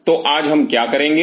तो आज हम क्या करेंगे